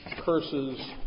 curses